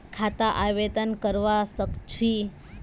खाता आवेदन करवा संकोची?